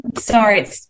Sorry